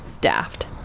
daft